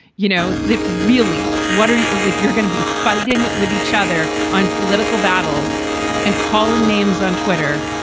you know, that really. what are you like? you're going to be fighting with each other on political battles and calling names on twitter.